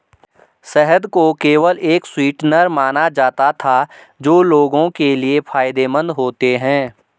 शहद को केवल एक स्वीटनर माना जाता था जो लोगों के लिए फायदेमंद होते हैं